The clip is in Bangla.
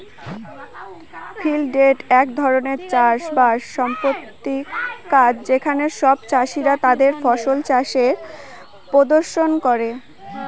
ফিল্ড ডেক এক ধরনের চাষ বাস সম্পর্কিত কাজ যেখানে সব চাষীরা তাদের ফসল চাষের প্রদর্শন করে